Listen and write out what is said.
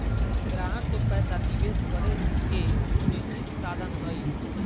ग्राहक के पैसा निवेश करे के सुनिश्चित साधन हइ